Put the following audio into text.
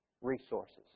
resources